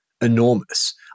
enormous